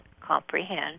comprehend